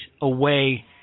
away